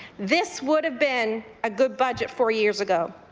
this would have been a good budget four years ago.